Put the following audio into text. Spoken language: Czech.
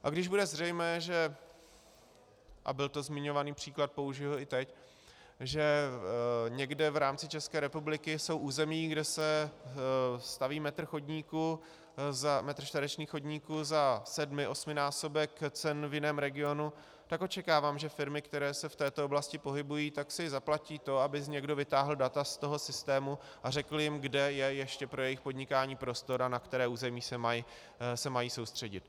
A když bude zřejmé, a byl to zmiňovaný příklad, použiji ho i teď, že někde v rámci České republiky jsou území, kde se staví metr čtvereční chodníku za sedmi, osminásobek cen v jiném regionu, tak očekávám, že firmy, které se v této oblasti pohybují, tak si zaplatí to, aby někdo vytáhl data ze systému a řekl jim, kde je ještě pro jejich podnikání prostor a na které území se mají soustředit.